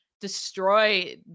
destroy